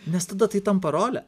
nes tada tai tampa role